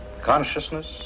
consciousness